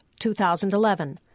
2011